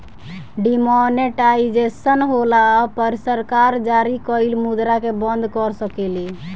demonetisation होला पर सरकार जारी कइल मुद्रा के बंद कर सकेले